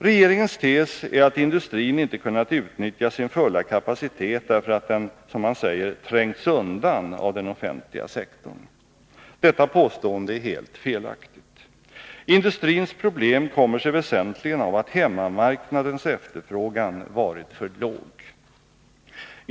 Regeringens tes är att industrin inte kunnat utnyttja sin fulla kapacitet därför att den som man säger ”trängts undan” av den offentliga sektorn. Detta påstående är helt felaktigt. Industrins problem kommer sig väsentligen av att hemmamarknadens efterfrågan varit för låg.